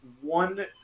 one